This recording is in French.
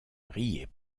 riait